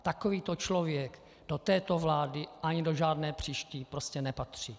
Takovýto člověk do této vlády ani do žádné příští prostě nepatří.